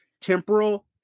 temporal